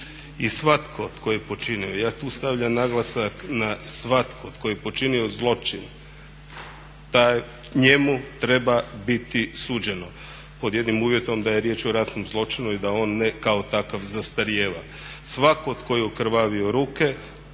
I svatko tko je počinio, ja tu stavljam naglasak na svatko tko je počinio zločin njemu treba biti suđeno pod jednim uvjetom da je riječ o ratnom zločinu i da on kao takav ne zastarijeva. Svako tko je okrvavio ruke